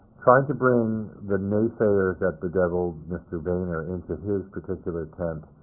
trying to bring the naysayers that bedeviled mr. boehner into his particular tent,